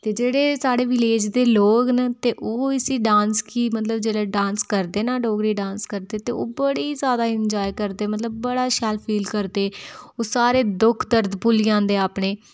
ते जेह्ड़े साढ़े विलेज दे लोक न ते ओह् इस्सी डांस गी मतलव कि जेह्ड़ा डांस करदे न डोगरी डांस करदे ते ओह् बड़ा ज्यादा इंजॉय करदे न मतलव बड़ा शैल फील करदे न ओह् दुख दर्द भुल्ली जंदे न अपने